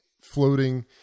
floating